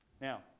Now